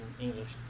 English